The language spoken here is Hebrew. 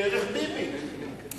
דרך ביבי.